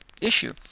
issue